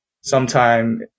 sometime